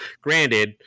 granted